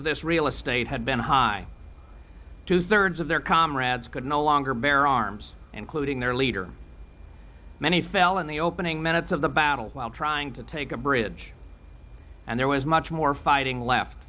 of this real estate had been high two thirds of their comrades could no longer bear arms including their leader many fell in the opening minutes of the battle while trying to take a bridge and there was much more fighting left